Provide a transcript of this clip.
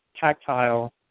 tactile